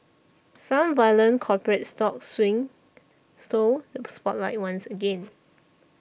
some violent corporate stock swings stole the spotlight once again